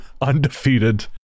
undefeated